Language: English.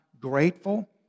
grateful